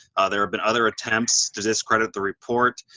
there have been other attempts to discredit the report.